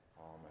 Amen